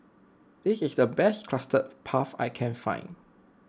this is the best Custard Puff I can find